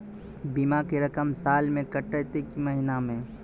बीमा के रकम साल मे कटत कि महीना मे?